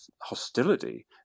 hostility